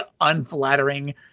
unflattering